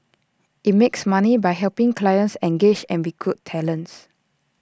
IT makes money by helping clients engage and recruit talents